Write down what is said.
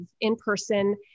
in-person